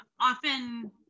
often